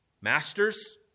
Masters